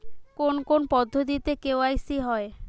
কোন কোন পদ্ধতিতে কে.ওয়াই.সি হয়?